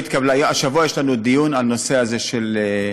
השבוע יש לנו דיון על הנושא הזה של,